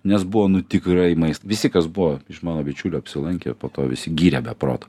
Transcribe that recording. nes buvo nu tikrai maista visi kas buvo iš mano bičiulių apsilankė po to visi gyrė be proto